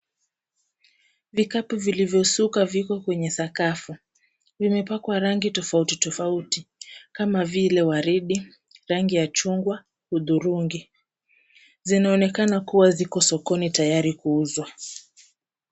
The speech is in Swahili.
Vikapu vilivyosukwa vipo kwenye sakafu, vimepakwa rangi tofauti tofauti. kama vile waridi, rangi ya chungwa, hudhurungi. Zinaonekana kuwa ziko sokoni tayari kuuzwa.